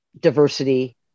diversity